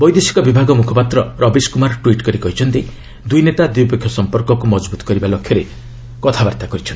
ବୈଦେଶିକ ବିଭାଗ ମୁଖପାତ୍ର ରବିଶ କୁମାର ଟ୍ୱିଟ୍ କରି କହିଛନ୍ତି ଦୁଇ ନେତା ଦ୍ୱିପକ୍ଷିୟ ସମ୍ପର୍କକୁ ମଜଭୁତ କରିବା ଲକ୍ଷ୍ୟରେ କଥାବାର୍ତ୍ତା କରିଛନ୍ତି